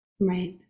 Right